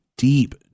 deep